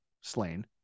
slain